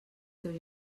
teus